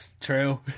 True